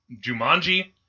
Jumanji